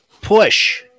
Push